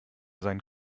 sein